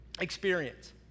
Experience